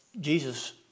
Jesus